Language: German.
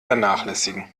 vernachlässigen